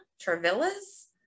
travilla's